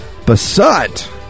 Basut